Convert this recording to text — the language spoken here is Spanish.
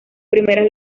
primeras